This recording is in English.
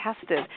tested